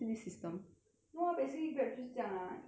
no ah basically grab 就是这样 ah it's like you only